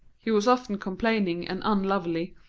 he was often complaining and unlovely,